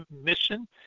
mission